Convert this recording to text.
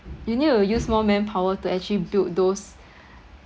you need to use more manpower to actually build those